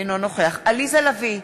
אינו נוכח עליזה לביא,